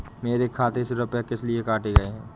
मेरे खाते से रुपय किस लिए काटे गए हैं?